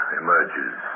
emerges